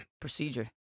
procedure